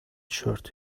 shirt